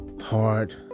hard